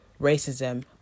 racism